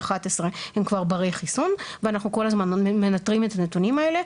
11 הם כבר ברי חיסון ואנחנו כל הזמן מנתרים את הנתונים האלה.